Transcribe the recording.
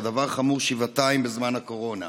והדבר חמור שבעתיים בזמן הקורונה.